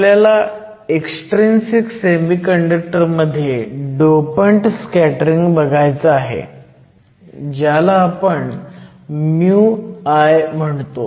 आपल्याला extrinsic semiconductor मध्ये dopant scattering बघायचं आहे ज्याला आपण μi म्हणतो